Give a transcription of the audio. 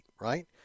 right